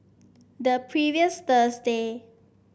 the previous Thursday